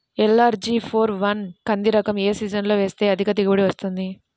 LRG four one కంది రకం ఏ సీజన్లో వేస్తె అధిక దిగుబడి వస్తుంది?